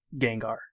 Gengar